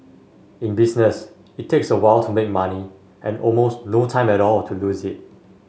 in business it takes a while to make money and almost no time at all to lose it